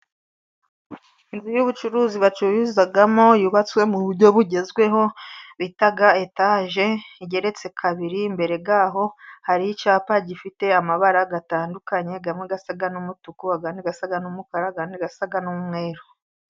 Inzu y'ubucuruzi bacururizamo yubatswe mu buryo bugezweho, bita etaje, igeretse kabiri, imbere yaho hari icyapa gifite amabara atandukanye, amwe asa n'umutuku, andi asa n'umukara, andi asa n'umweru.